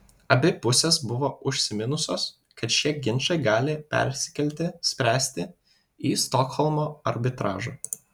abi pusės buvo užsiminusios kad šie ginčai gali persikelti spręsti į stokholmo arbitražą